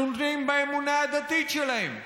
שונים באמונה הדתית שלהם,